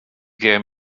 gêm